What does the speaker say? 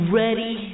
ready